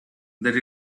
that